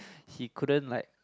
he couldn't like